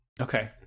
Okay